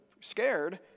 scared